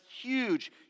huge